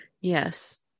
Yes